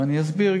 ואני גם אסביר.